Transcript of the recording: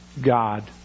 God